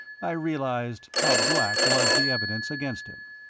i realized how black was the evidence against him.